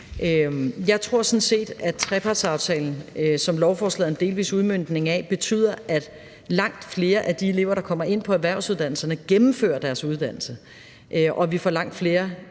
Jeg tror sådan set, at trepartsaftalen, som lovforslaget er en delvis udmøntning af, betyder, at langt flere af de elever, der kommer ind på erhvervsuddannelserne, gennemfører deres uddannelse – og at vi får langt flere